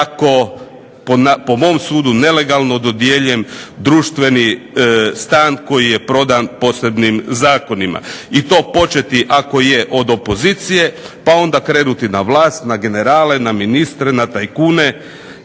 tako po mom sudu nelegalno dodijeljen društveni stan koji je prodan posebnim zakonima. I to početi ako je od opozicije pa onda krenuti na vlast, na generale, na ministre, na tajkune